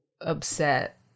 upset